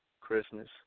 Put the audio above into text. Christmas